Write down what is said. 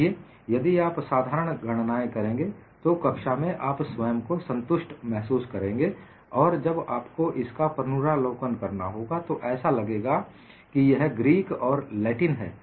देखिए यदि आप साधारण गणनाएं करेंगे तो कक्षा में आप स्वयं को संतुष्ट महसूस करेंगे और जब आपको इसका पुनरावलोकन करना हो तो ऐसा लगेगा कि यह ग्रीक और लैटिन है